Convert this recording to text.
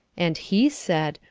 and he said,